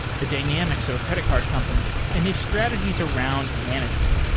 the dynamics of a credit card company and his strategies around management.